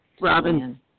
Robin